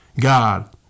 God